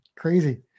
Crazy